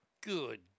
Good